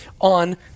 on